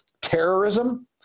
terrorism